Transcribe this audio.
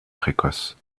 précoce